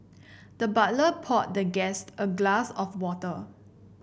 the butler poured the guest a glass of water